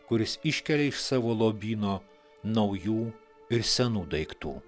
kuris iškelia iš savo lobyno naujų ir senų daiktų